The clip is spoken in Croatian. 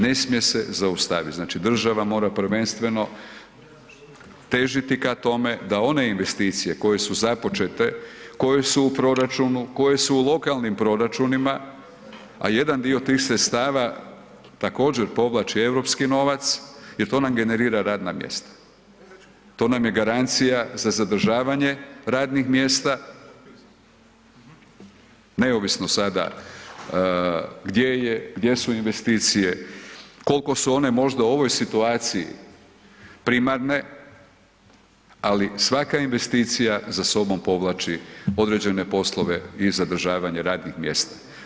Ne smije se zaustaviti, znači država mora prvenstveno težiti ka tome da one investicije koje su započete, koje su u proračunu, koje su u lokalnim proračunima a jedan dio tih sredstava također povlači europski novac jer to nam generira radna mjesta, to nam je garancija za zadržavanje radnih mjesta neovisno sada gdje su investicije, koliko su one možda u ovoj situaciji primarne, ali svaka investicija za sobom povlači određene poslove i zadržavanje radnih mjesta.